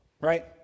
right